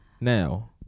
now